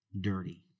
dirty